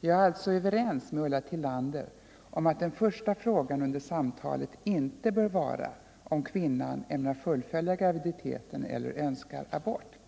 Jag är alltså överens med Ulla Tillander om att den första frågan under samtalet inte bör vara om kvinnan ämnar fullfölja graviditeten eller önskar abort.